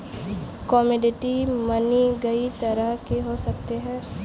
commodity money कई तरह के हो सकते हैं